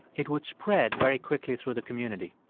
it would spread very quickly through the community.